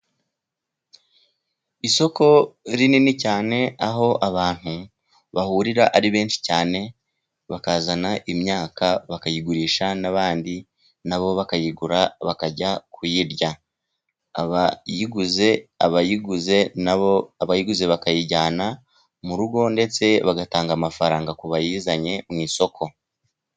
Isoko rinini cyane aho abantu bahurira ari benshi cyane, bakazana imyaka bakayigurisha. N'abandi nabo bakayigura bakajya ukuyirya, abayiguze nabo bakayijyana mu rugo ndetse bagatanga amafaranga ku bayizanye mu isoko.